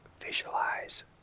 visualize